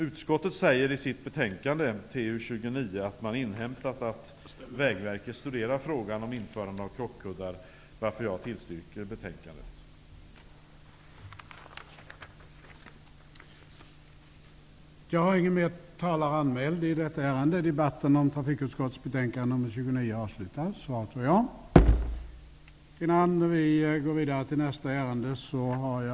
Utskottet säger i sitt betänkande TU29 att man inhämtat att Vägverket studerar frågan om införande av krockkuddar, varför jag tillstyrker utskottets hemställan.